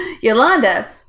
Yolanda